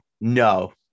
no